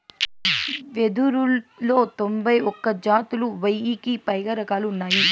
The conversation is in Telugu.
వెదురులో తొంభై ఒక్క జాతులు, వెయ్యికి పైగా రకాలు ఉన్నాయి